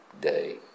day